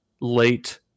late